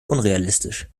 unrealistisch